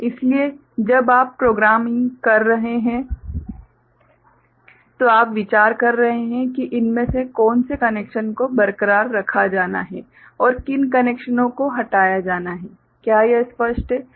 इसलिए जब आप प्रोग्रामिंग कर रहे हैं तो आप विचार कर रहे हैं कि इनमें से कौन से कनेक्शन को बरकरार रखा जाना है और किन कनेक्शनों को हटाया जाना है क्या यह स्पष्ट है